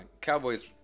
Cowboys